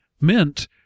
Mint